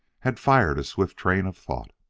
had fired a swift train of thought.